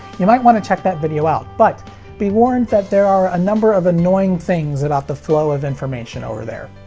you might want to check that video out, but be warned that there are a number of annoying things about the flow of information over there.